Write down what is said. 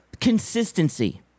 consistency